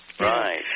Right